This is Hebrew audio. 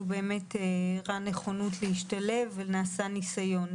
באמת הראה נכונות להשתלב ונעשה ניסיון,